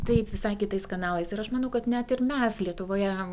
taip visai kitais kanalais ir aš manau kad net ir mes lietuvoje